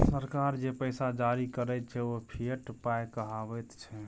सरकार जे पैसा जारी करैत छै ओ फिएट पाय कहाबैत छै